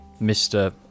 Mr